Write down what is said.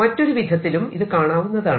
മറ്റൊരു വിധത്തിലും ഇത് കാണാവുന്നതാണ്